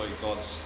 God's